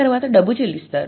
తర్వాత డబ్బు చెల్లిస్తారు